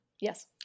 Yes